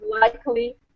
likely